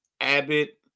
Abbott